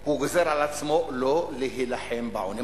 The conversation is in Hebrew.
הוא גוזר על עצמו לא להילחם בעוני.